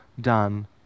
done